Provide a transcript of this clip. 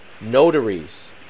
notaries